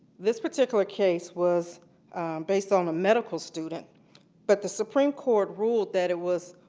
this particular case was based on a medical student but the supreme court ruled that it was